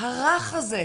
הרך הזה,